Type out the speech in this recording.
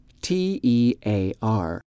T-E-A-R